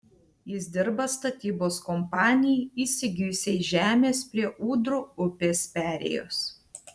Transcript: jis dirba statybos kompanijai įsigijusiai žemės prie ūdrų upės perėjos